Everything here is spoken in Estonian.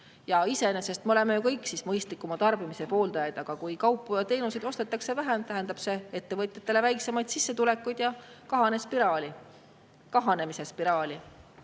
Iseenesest me oleme ju kõik mõistlikuma tarbimise pooldajad, aga kui kaupu ja teenuseid ostetakse vähem, tähendab see ettevõtjatele väiksemat sissetulekut ja kahanemise spiraali.